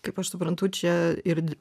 kaip aš suprantu čia ir